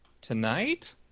Tonight